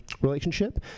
relationship